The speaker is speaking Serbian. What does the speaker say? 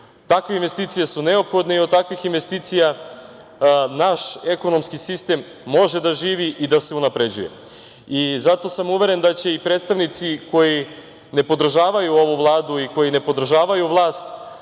Takve investicije su neophodne i od takvih investicija naš ekonomski sistem može da živi i da se unapređuje. Zato sam uveren da će i predstavnici koji nepodržavaju ovu Vladu i koji nepodržavaju vlastm